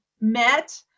met